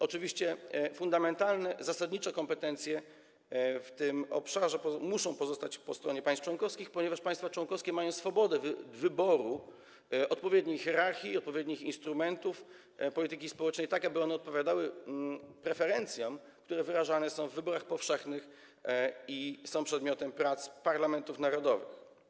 Oczywiście fundamentalne, zasadnicze kompetencje w tym obszarze muszą pozostać po stronie państw członkowskich, ponieważ państwa członkowskie mają swobodę wyboru odpowiedniej hierarchii i odpowiednich instrumentów polityki społecznej, tak aby one odpowiadały preferencjom, które wyrażane są w wyborach powszechnych i są przedmiotem prac parlamentów narodowych.